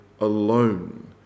alone